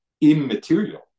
immaterial